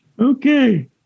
Okay